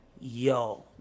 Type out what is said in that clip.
Yo